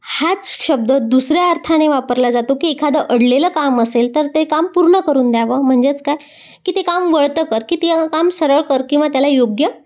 हाच शब्द दुसऱ्या अर्थाने वापरला जातो की एखादं अडलेलं काम असेल तर ते काम पूर्ण करून द्यावं म्हणजेच काय की ते काम वळतं कर की ते काम सरळ कर किंवा त्याला योग्य